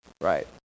right